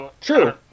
True